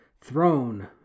Throne